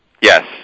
Yes